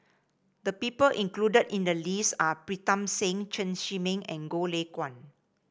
the people included in the list are Pritam Singh Chen Zhiming and Goh Lay Kuan